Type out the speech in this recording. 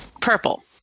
Purple